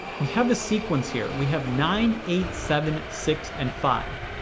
we have a sequence here. we have nine, eight, seven, six, and five.